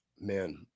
man